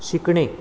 शिकणे